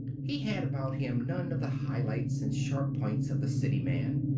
he had about him none of the highlights and sharp points of the city man.